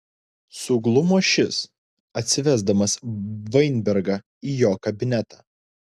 suglumo šis atsivesdamas vainbergą į jo kabinetą